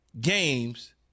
games